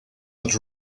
had